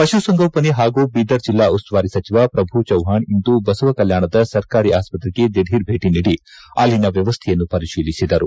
ಪಶು ಸಂಗೋಪನೆ ಹಾಗೂ ಬೀದರ್ ಜಿಲ್ಲಾ ಉಸ್ತುವಾರಿ ಸಚಿವ ಪ್ರಭು ಚೌಹಾಣ್ ಇಂದು ಬಸವ ಕಲ್ನಾಣದ ಸರ್ಕಾರಿ ಆಸ್ತತೆಗೆ ದಿಧೀರ್ ಭೇಟ ನೀಡಿ ಅಲ್ಲಿನ ವ್ಯವಸ್ಥೆಯನ್ನು ಪರಿತೀಲಿಸಿದರು